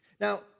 Now